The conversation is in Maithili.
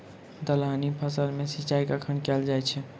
दलहनी फसल मे सिंचाई कखन कैल जाय छै?